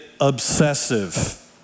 obsessive